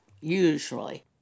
usually